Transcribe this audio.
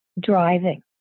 driving